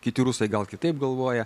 kiti rusai gal kitaip galvoja